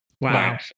Wow